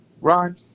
Ron